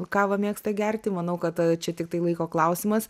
kavą mėgsta gerti manau kad čia tiktai laiko klausimas